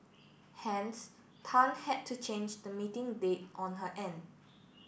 hence Tan had to change the meeting date on her end